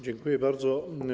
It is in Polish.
Dziękuję bardzo.